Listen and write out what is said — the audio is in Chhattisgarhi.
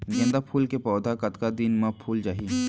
गेंदा फूल के पौधा कतका दिन मा फुल जाही?